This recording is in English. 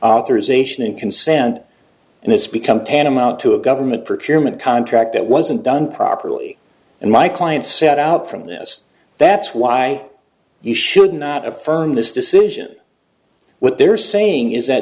authorization and consent and it's become tantamount to a government procurement contract that wasn't done properly and my client set out from this that's why you should not affirm this decision what they're saying is that